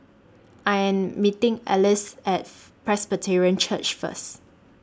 I Am meeting Alyce At Presbyterian Church First